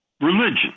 religion